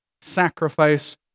sacrifice